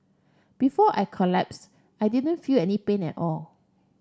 before I collapsed I didn't feel any pain at all